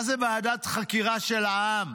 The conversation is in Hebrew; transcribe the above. מה זה ועדת חקירה של העם?